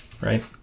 right